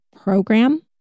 program